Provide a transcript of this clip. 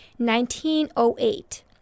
1908